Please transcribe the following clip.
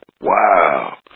wow